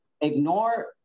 ignore